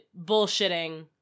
bullshitting